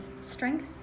strength